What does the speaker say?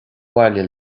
bhaile